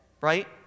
right